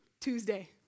Tuesday